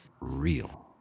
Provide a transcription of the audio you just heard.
real